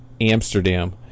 Amsterdam